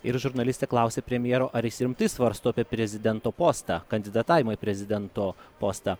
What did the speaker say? ir žurnalistė klausė premjero ar jis rimtai svarsto apie prezidento postą kandidatavimui prezidento postą